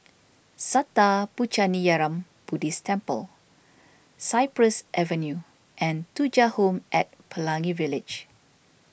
Sattha Puchaniyaram Buddhist Temple Cypress Avenue and Thuja Home at Pelangi Village